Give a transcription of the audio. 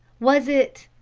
was it?